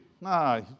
Nah